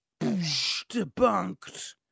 Debunked